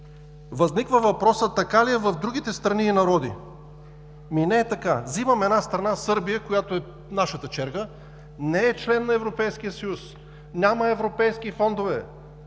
Възниква въпросът: така ли е в другите страни и народи? Не е така! Вземам една страна – Сърбия, която е от нашата черга, не е член на Европейския съюз, няма европейски фондове,